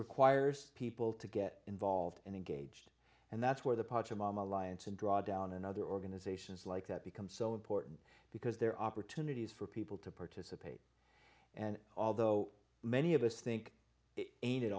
requires people to get involved and engaged and that's where the parts of mom alliance and drawdown and other organizations like that become so important because they're opportunities for people to party and although many of us think it ain't it